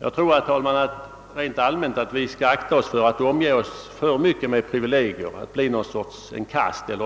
Rent allmänt tror jag, herr talman, att vi skall akta oss för att omge oss för mycket med privilegier, att bli en sorts